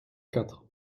quatre